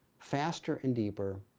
faster and deeper.